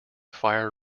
fire